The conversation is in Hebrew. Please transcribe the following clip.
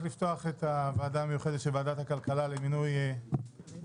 אני שמח לפתוח את הוועדה המיוחדת של ועדת הכלכלה למינוי יושב-ראש,